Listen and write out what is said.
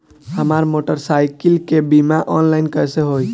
हमार मोटर साईकीलके बीमा ऑनलाइन कैसे होई?